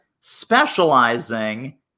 specializing